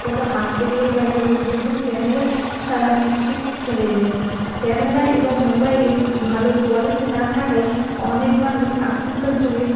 কোথাও হাঁটতে গেলেও ক্যামেরা বন্দি এখন ক্যামেরা সারা বিশ্বে ছড়িয়ে গেছে ক্যামেরা এবং মোবাইলের ভালো কোয়ালিটি না থাকায় অনেক মানুষ এখনকার যুগে